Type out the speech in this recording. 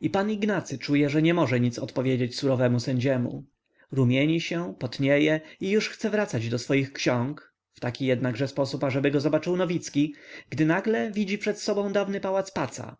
i pan ignacy czuje że nie może nic odpowiedzieć surowemu sędziemu rumieni się potnieje i już chce wracać do swoich ksiąg w taki jednakże sposób ażeby go zobaczył nowicki gdy nagle widzi przed sobą dawny pałac paca